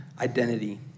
identity